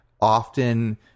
often